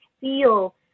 feel